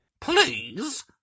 Please